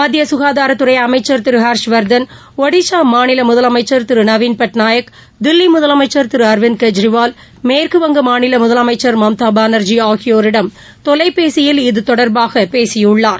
மத்தியசுகாதாரத் துறைஅமைச்சா் திருஹர்ஷ்வா்தன் ஒடிசாமாநிலமுதலமைச்சா் திருநவீன் பட்நாயக் தில்லிமுதலமைச்சா் திருஅரவிந்த் கெஜ்ரிவால் மேற்குவங்கம் மாநிலம் முதலமைச்சா் மம்தாபானா்ஜி ஆகியோரிடம் தொலைபேசியில் இது தொடர்பாகபேசியுள்ளார்